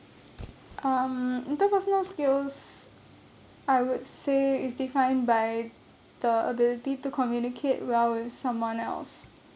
um interpersonal skills I would say is defined by the ability to communicate well with someone else